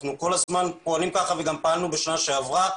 אנחנו כל הזמן פועלים כך וכך גם פעלנו בשנה שעברה.